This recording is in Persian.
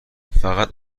فقط